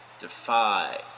defy